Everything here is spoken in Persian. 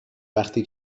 وقتی